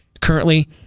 currently